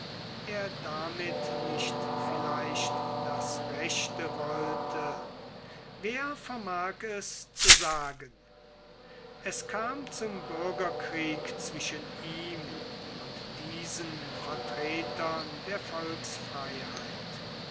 er damit nicht vielleicht das rechte wollte wer vermag es zu sagen es kam zum bürgerkrieg zwischen ihm und diesen vertretern der